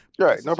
Right